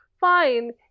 fine